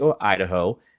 Idaho